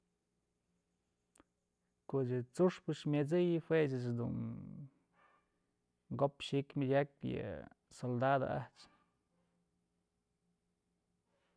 Ko'och yë t'suxpë myet'sëyë jue ëch jedun ko¿op xi'ik myëdyakpë yë soldado a'ax.